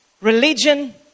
Religion